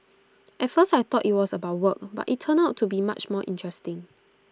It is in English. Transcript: at first I thought IT was about work but IT turned out to be much more interesting